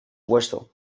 puesto